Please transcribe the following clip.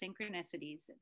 synchronicities